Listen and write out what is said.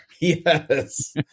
Yes